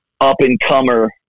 up-and-comer